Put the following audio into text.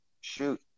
shoot